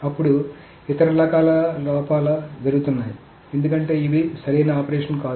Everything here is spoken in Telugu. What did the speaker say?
అప్పుడు ఇతర రకాల లోపాలు జరుగుతున్నాయి ఎందుకంటే ఇవి సరైన ఆపరేషన్ కాదు